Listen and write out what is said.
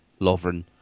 Lovren